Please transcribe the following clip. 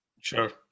Sure